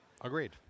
Agreed